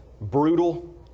brutal